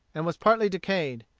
and was partly decayed.